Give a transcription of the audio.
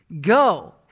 Go